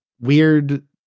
weird